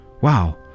Wow